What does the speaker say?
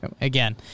again